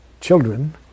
children